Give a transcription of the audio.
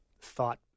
thought